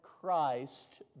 Christ